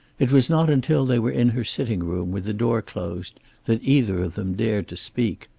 it was not until they were in her sitting-room with the door closed that either of them dared to speak.